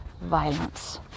violence